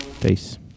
Peace